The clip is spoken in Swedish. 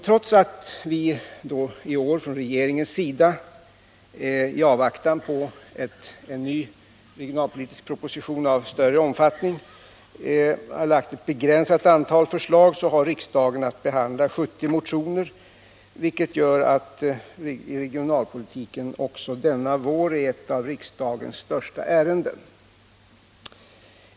Trots att regeringen i år, i avvaktan på en ny regionalpolitisk proposition av större omfattning, framlagt ett begränsat antal förslag har riksdagen att behandla 70 motioner, vilket gör att regionalpolitiken också denna vår är ett av riksdagens största ärenden.